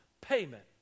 payment